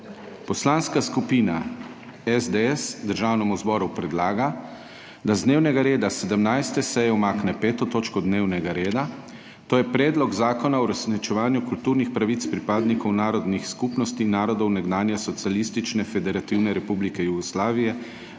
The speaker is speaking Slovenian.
Poslanska skupina SDS Državnemu zboru predlaga, da z dnevnega reda 17. seje umakne 5. točko dnevnega reda, to je Predlog zakona o uresničevanju kulturnih pravic pripadnikov narodnih skupnosti narodov nekdanje Socialistične federativne republike Jugoslavije